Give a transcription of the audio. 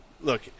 Look